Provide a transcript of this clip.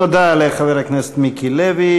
תודה לחבר הכנסת מיקי לוי.